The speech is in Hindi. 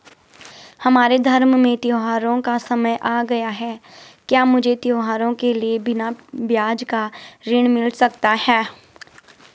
हमारे धर्म में त्योंहारो का समय आ गया है क्या मुझे त्योहारों के लिए बिना ब्याज का ऋण मिल सकता है?